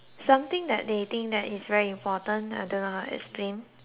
think that it's very important I don't know how to explain